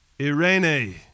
Irene